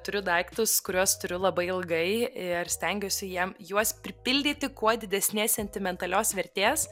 turiu daiktus kuriuos turiu labai ilgai ar stengiuosi jiem juos pripildyti kuo didesnės sentimentalios vertės